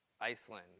Iceland